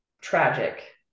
tragic